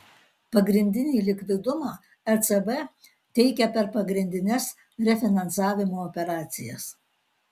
pagrindinį likvidumą ecb teikia per pagrindines refinansavimo operacijas